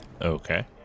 Okay